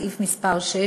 סעיף מס' 6,